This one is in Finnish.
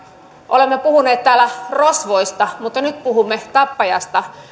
olemme puhuneet täällä rosvoista mutta nyt puhumme tappajasta